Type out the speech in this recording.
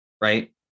right